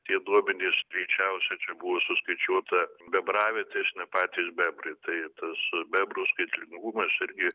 tie duomenys greičiausiai čia buvo suskaičiuota bebravietės ne patys bebrai tai tas bebrų skaitlingumas irgi